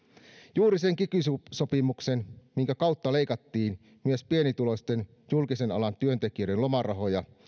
juuri sen kiky sopimuksen minkä kautta leikattiin myös julkisen alan pienituloisten työntekijöiden lomarahoja